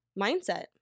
mindset